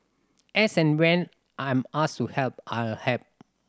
as and when I'm asked to help I'll help